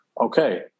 okay